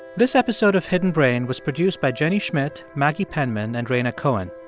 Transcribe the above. this episode of hidden brain was produced by jenny schmidt, maggie penman and rhaina cohen.